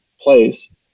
place